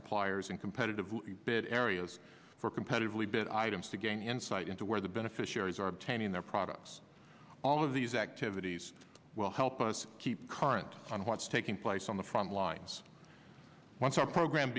suppliers and competitively bid areas for competitively bid items to gain insight into where the beneficiaries are obtaining their products all of these activities will help us keep current on what's taking place on the front lines once our program